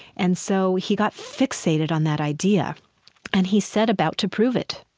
and so he got fixated on that idea and he set about to prove it